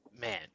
Man